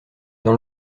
dans